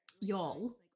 y'all